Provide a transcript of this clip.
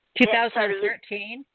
2013